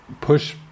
push